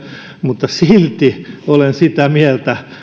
mutta silti olen sitä mieltä